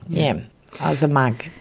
yeah um i was a mug.